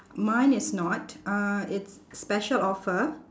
mine is not uh it's special offer